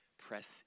Press